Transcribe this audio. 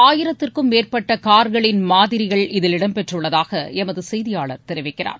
ஆயிரத்திற்கும் மேற்பட்ட கார்களின் மாதிரிகள் இதில் இடம் பெற்றுள்ளதாக எமது செய்தியாளர் தெரிவிக்கிறார்